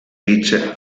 vice